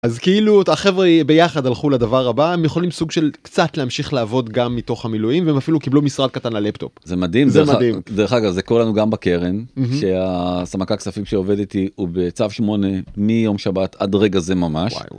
אז כאילו החברה יחד הלכו לדבר הבא, הם יכולים סוג של קצת להמשיך לעבוד גם מתוך המילואים, והם אפילו קיבלו משרד קטן ללפטופ. זה מדהים. זה מדהים. דרך אגב, זה קורא לנו גם בקרן, שהסמנכ"ל כספים שעובד איתי הוא בצו שמונה מיום שבת עד רגע זה ממש.וואי וואי